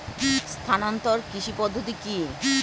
স্থানান্তর কৃষি পদ্ধতি কি?